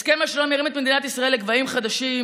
הסכם השלום הרים את מדינת ישראל לגבהים חדשים,